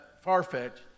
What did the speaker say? far-fetched